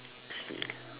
k